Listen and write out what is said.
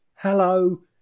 Hello